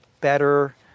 better